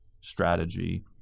strategy